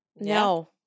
No